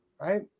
Right